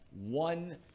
one